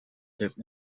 dip